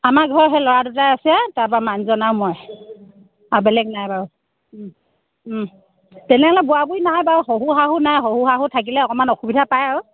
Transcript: আমাৰ ঘৰ সেই ল'ৰা দুটাই আছে তাৰপৰা মানুহজন আৰু মই আৰু বেলেগ নাই বাৰু তেনেহ'লে বুঢ়া বুঢ়ী নাই বাৰু শহু শাহু নাই শহু শাহু থাকিলে অকণমান অসুবিধা পায় আৰু